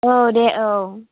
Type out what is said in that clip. ओ दे औ